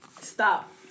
Stop